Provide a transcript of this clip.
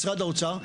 משרד האוצר,